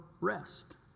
rest